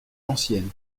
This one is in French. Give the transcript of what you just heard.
ancienne